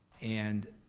and